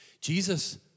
Jesus